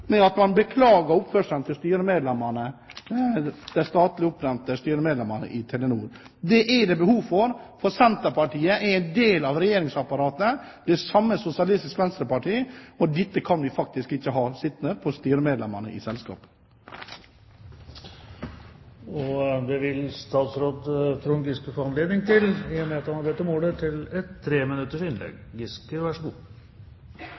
de statlig oppnevnte styremedlemmene i Telenor. Det er det behov for, for Senterpartiet er en del av regjeringsapparatet. Det samme er Sosialistisk Venstreparti. Dette kan styremedlemmene i selskapet ikke ha sittende på seg. Det vil statsråd Trond Giske få anledning til, i og med at han har bedt om ordet til et